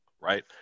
right